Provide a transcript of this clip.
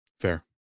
Fair